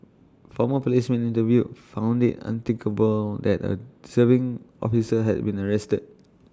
former policemen interviewed found IT unthinkable that A serving officer had been arrested